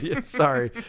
sorry